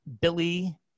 billy